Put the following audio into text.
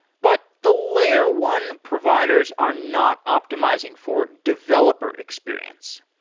but the layer one providers are not optimizing for developer experience.